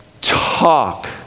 talk